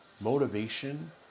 motivation